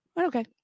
Okay